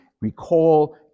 recall